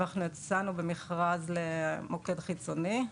יצאנו במכרז למוקד חיצוני.